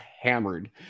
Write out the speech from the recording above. hammered